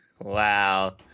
wow